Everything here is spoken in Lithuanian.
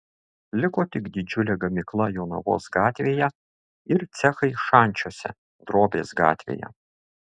liko tik didžiulė gamykla jonavos gatvėje ir cechai šančiuose drobės gatvėje